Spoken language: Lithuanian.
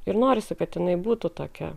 ir norisi kad jinai būtų tokia